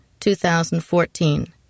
2014